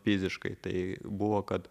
fiziškai tai buvo kad